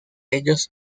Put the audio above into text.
ellos